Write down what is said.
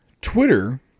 Twitter